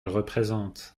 représente